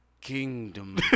kingdom